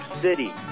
city